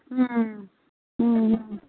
ਹਮ ਹਮ ਹਮ